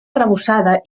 arrebossada